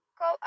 go